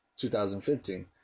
2015